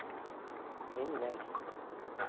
ᱞᱤᱧ ᱢᱮᱱ ᱠᱮᱜᱼᱟ